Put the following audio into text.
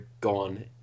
gone